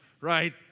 right